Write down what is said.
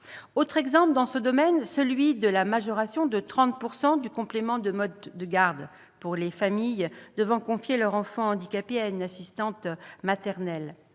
Autre exemple dans ce domaine, celui de la majoration de 30 % du complément de mode de garde pour les familles devant confier leurs enfants handicapés à une assistante maternelle